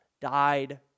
died